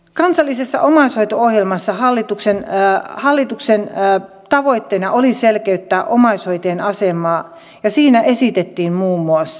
kansallisessa omaishoito ohjelmassa hallituksen tavoitteena oli selkeyttää omaishoitajien asemaa ja siinä esitettiin muun muassa